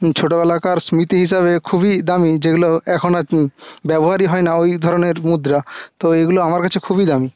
ছোটোবেলাকার স্মৃতি হিসাবে খুবই দামি যেগুলো এখন আর ব্যবহারই হয় না ওই ধরনের মুদ্রা তো এইগুলি আমার কাছে খুবই দামি